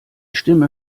stimme